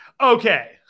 okay